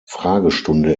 fragestunde